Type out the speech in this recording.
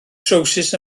trywsus